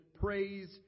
praise